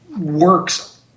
works